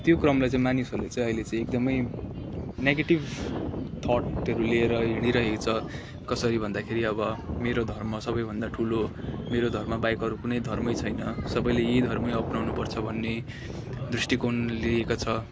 त्यो क्रमलाई चाहिँ मानिसहरूले चाहिँ अहिले चाहिँ एकदमै नेगेटिभ थटहरू लिएर हिँडिरहेको छ कसरी भन्दाखेरि अब मेरो धर्म सबैभन्दा ठुलो मेरो धर्म बाहेक अरू कुनै धर्मै छैन सबैले यही धर्मै अप्नाउनुपर्छ भन्ने दृष्टिकोण लिएको छ